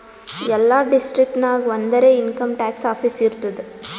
ಎಲ್ಲಾ ಡಿಸ್ಟ್ರಿಕ್ಟ್ ನಾಗ್ ಒಂದರೆ ಇನ್ಕಮ್ ಟ್ಯಾಕ್ಸ್ ಆಫೀಸ್ ಇರ್ತುದ್